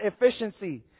efficiency